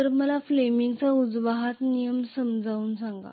तर मला फ्लेमिंगचा उजवा हात नियम समजावून सांगा